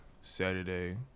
Saturday